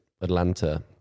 Atlanta